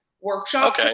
workshop